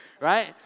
right